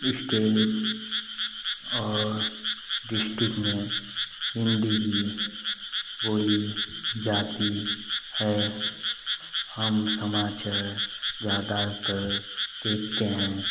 estate और district में हिन्दी बोली जाती है हम समाचार ज़्यादातर देखते हैं